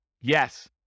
Yes